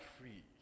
free